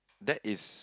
that is